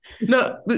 No